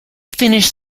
finished